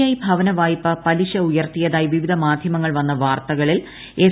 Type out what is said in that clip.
I ഭവന വായ്പ പലിശ ഉയർത്തിയതായി വിവിധ മാധ്യമങ്ങളിൽ വന്ന വാർത്തകളിൽ എസ്